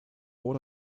all